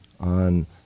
on